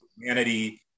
humanity